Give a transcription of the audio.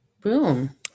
boom